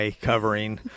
covering